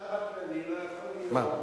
החשב הכללי לא יכול להיות,